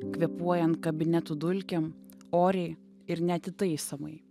kvėpuojant kabinetų dulkėm oriai ir neatitaisomai